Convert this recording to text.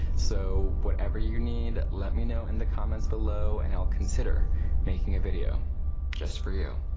so whatever you need, let me know in the comments below and i'll consider making a video just for you.